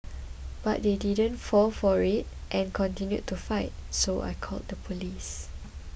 but they didn't fall for it and continued to fight so I called the police